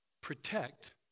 protect